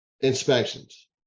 inspections